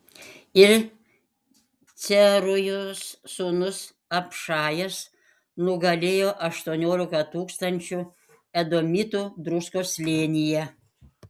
ir cerujos sūnus abšajas nugalėjo aštuoniolika tūkstančių edomitų druskos slėnyje